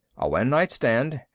a one-night stand.